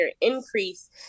increase